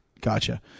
Gotcha